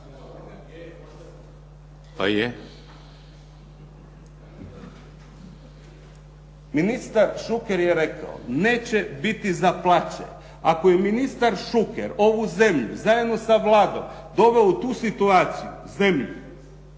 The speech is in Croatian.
(IDS)** Ministar Šuker je rekao neće biti za plaće. Ako je ministar Šuker ovu zemlju zajedno sa Vladom doveo u tu situaciju u zemlji,